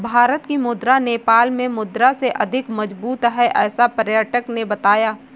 भारत की मुद्रा नेपाल के मुद्रा से अधिक मजबूत है ऐसा पर्यटक ने बताया